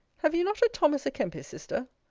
have you not thomas a kempis, sister?